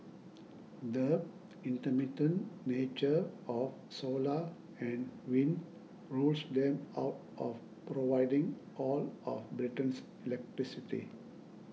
the intermittent nature of solar and wind rules them out of providing all of Britain's electricity